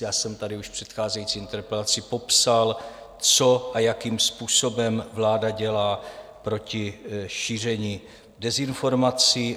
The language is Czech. Já jsem tady už v předcházející interpelaci popsal, co a jakým způsobem vláda dělá proti šíření dezinformací.